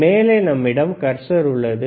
மேலே நம்மிடம் கர்சர் உள்ளது